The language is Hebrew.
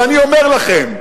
ואני אומר לכם,